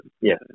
Yes